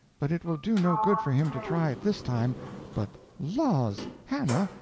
but it will do no good for him to try it this time but, laws! hannah!